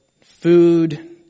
food